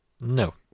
No